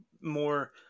more